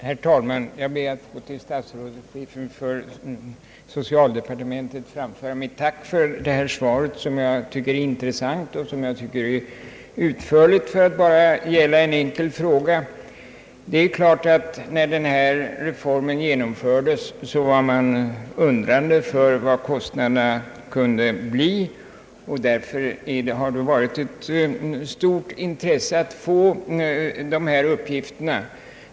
Herr talman! Jag ber att till statsrådet och chefen för socialdepartementet få framföra mitt tack för detta svar, som jag tycker är intressant. Jag tycker också att det är utförligt för att bara gälla en enkel fråga. När denna reform genomfördes undrade man givetvis vilka kostnaderna skulle bli, och därför har det varit av stort intresse att få dessa uppgifter.